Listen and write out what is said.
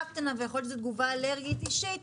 קטנה ויכול להיות שזו תגובה אלרגית אישית,